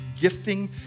gifting